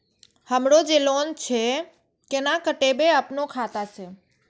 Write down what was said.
हमरो जे लोन छे केना कटेबे अपनो खाता से?